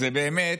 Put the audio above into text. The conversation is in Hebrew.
זה באמת,